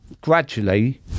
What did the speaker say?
gradually